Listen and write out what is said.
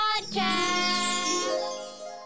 Podcast